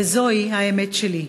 וזוהי האמת שלי: